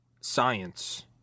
science